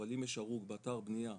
אבל אם יש הרוג באתר בנייה,